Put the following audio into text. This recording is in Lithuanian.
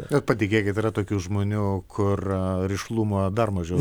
bet patikėkit yra tokių žmonių kur rišlumo dar mažiau